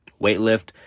weightlift